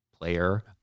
player